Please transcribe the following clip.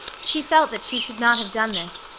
she felt that she should not have done this,